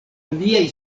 aliaj